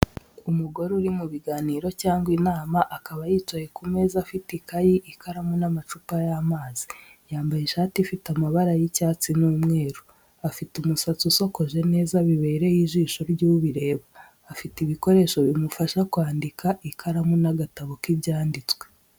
Umugore uri mu biganiro cyangwa inama, akaba yicaye ku meza afite akayi, ikaramu n'amacupa y’amazi. Yambaye ishati ifite amabara y’icyatsi n’umweru. Afite umusatsi usokoje neza bibereye ijisho ry'ubireba . Afite ibikoresho bimufasha kwandika ikaramu n’agatabo k’ibyanditswe.